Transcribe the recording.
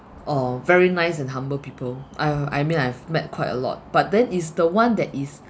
uh very nice and humble people uh I mean I've met quite a lot but then is the one that is